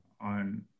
on